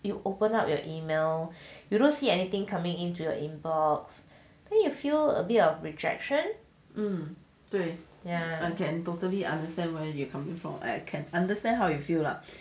you will open up your email you don't see anything coming into your in box then you feel a bit of rejection